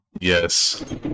Yes